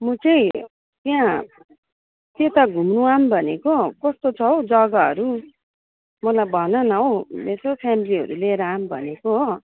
म चाहिँ त्यहाँ त्यता घुम्नु आऊँ भनेको कस्तो छ हौ जग्गाहरू मलाई भन न हौ यसो फ्यामिलीहरू लिएर आऊँ भनेको हो